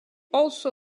also